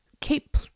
keep